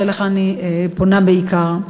שאליך אני פונה בעיקר,